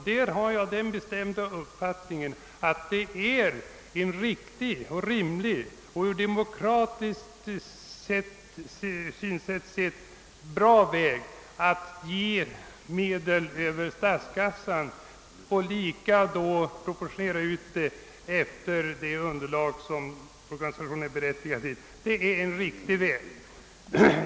Jag har den bestämda uppfattningen att det är en riktig, rimlig och ur demokratisk synpunkt bra väg att bevilja medel över statsbudgeten och portionera ut pengarna efter det underlag organisationerna har.